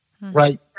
right